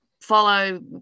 follow